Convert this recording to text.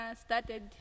started